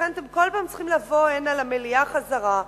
לכן אתם כל פעם צריכים לבוא הנה, בחזרה למליאה,